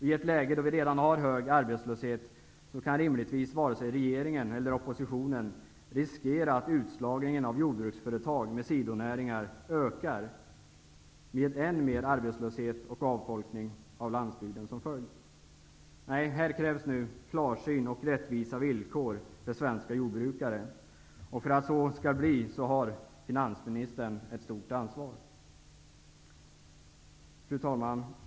I ett läge då vi redan har hög arbetslöshet kan rimligtvis varken regeringen eller oppositionen riskera att utslagningen av jordbruksföretag med sidonäringar ökar, med än mer arbetslöshet och avfolkning av landsbygden som följd. Här krävs nu klarsyn och rättvisa villkor för svenska jordbrukare. Att så skall bli har finansministern ett stort ansvar för. Fru talman!